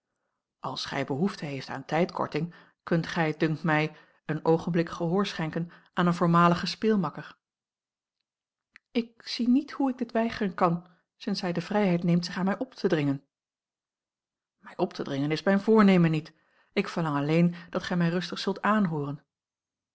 als gij behoefte hebt aan tijdkorting kunt gij dunkt mij een oogenblik gehoor schenken aan een voormaligen speelmakker ik zie niet hoe ik dit weigeren kan sinds hij de vrijheid neemt zich aan mij op te dringen mij op te dringen is mijn voornemen niet ik verlang alleen dat gij mij rustig zult aanhooren